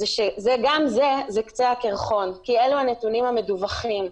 גם זה, זה קצה הקרחון, כי אלה הנתונים המדווחים.